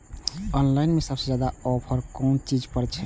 Online में सबसे ज्यादा ऑफर कोन चीज पर छे?